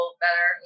better